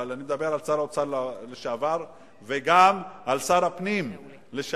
אבל אני מדבר על שר האוצר לשעבר וגם על שר הפנים לשעבר.